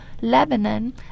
Lebanon